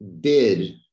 bid